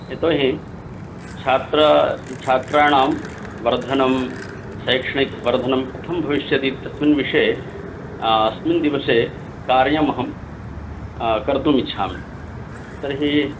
यतोहि छात्र छात्राणां वर्धनं शैक्षणिकवर्धनं कथं भविष्यति इत्यस्मिन् विषये अस्मिन् दिवसे कार्यमहं कर्तुमिच्छामि तर्हि